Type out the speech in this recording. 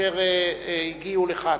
אשר הגיעו לכאן.